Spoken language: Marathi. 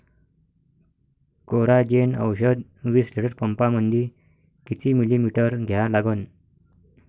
कोराजेन औषध विस लिटर पंपामंदी किती मिलीमिटर घ्या लागन?